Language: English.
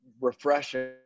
refreshing